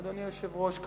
אדוני היושב-ראש,